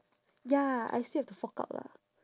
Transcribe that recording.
ya I still have to fork out lah